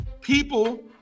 People